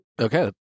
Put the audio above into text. Okay